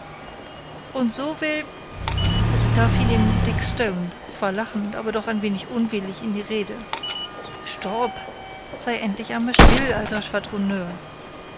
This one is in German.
und so will da fiel ihm dick stone zwar lachend aber doch ein wenig unwillig in die rede stop sei endlich einmal still alter